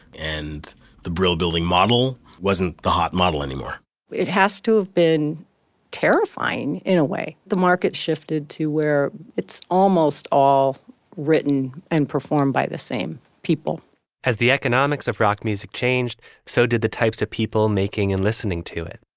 and the brill building model wasn't the hot model anymore it has to have been terrifying in a way. the market shifted to where it's almost all written and performed by the same people as the economics of rock music changed, so did the types of people making and listening to it.